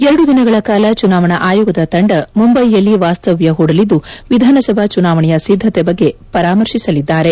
ಎರಡು ದಿನಗಳ ಕಾಲ ಚುನಾವಣಾ ಆಯೋಗದ ತಂಡ ಮುಂಬಯಿಯಲ್ಲಿ ವಾಸ್ತವ್ಯ ಹೂಡಲಿದ್ದು ವಿಧಾನಸಭಾ ಚುನಾವಣೆಯ ಸಿದ್ದತೆ ಬಗ್ಗೆ ಪರಾಮರ್ಶಿಸಲಿದ್ದಾರೆ